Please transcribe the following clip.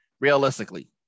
Realistically